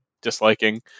disliking